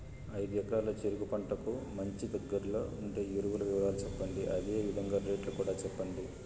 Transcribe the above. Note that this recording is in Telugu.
ఐదు ఎకరాల చెరుకు పంటకు మంచి, దగ్గర్లో ఉండే ఎరువుల వివరాలు చెప్పండి? అదే విధంగా రేట్లు కూడా చెప్పండి?